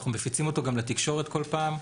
אנחנו מפיצים אותו גם לתקשורת כל פעם.